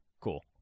Cool